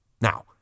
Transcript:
Now